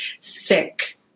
sick